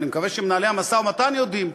אני מקווה שמנהלי המשא-ומתן יודעים,